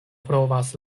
provas